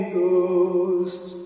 Ghost